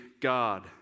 God